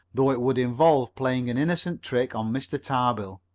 though it would involve playing an innocent trick on mr. tarbill.